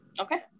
Okay